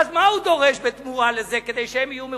ואז מה הוא דורש בתמורה לזה, כדי שהם יהיו מרוצים?